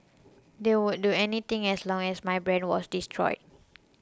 they would do anything as long as my brand was destroyed